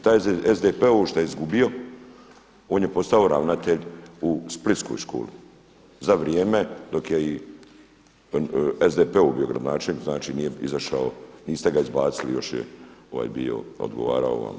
Taj SDP-ov što je izgubio on je postao ravnatelj u splitskoj školi za vrijeme dok je SDP-ov bio gradonačelnik, znači nije izašao, niste ga izbacili, još je ovaj bio, odgovarao vam je.